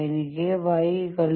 എനിക്ക് Y 0